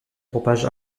propage